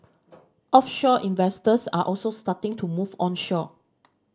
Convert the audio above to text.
offshore investors are also starting to move onshore